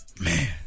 Man